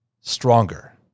Stronger